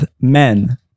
men